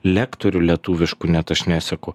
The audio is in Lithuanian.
lektorių lietuviškų net aš neseku